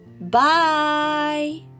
Bye